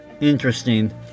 Interesting